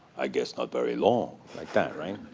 i guess not very long. like that, right?